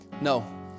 No